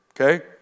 Okay